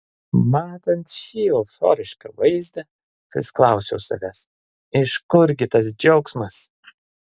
matant šį euforišką vaizdą vis klausiau savęs iš kur gi tas džiaugsmas